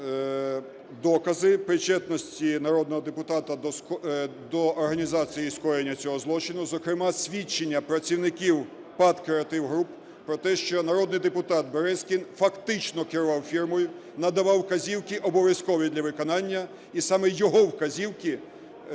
докази причетності народного депутата до організації і скоєння цього злочину, зокрема свідчення працівників ПАТ "Креатив Груп" про те, що народний депутат Березкін фактично керував фірмою, надавав вказівки, обов'язкові до виконання, і саме його вказівки